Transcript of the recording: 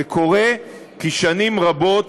זה קורה כי שנים רבות